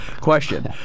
Question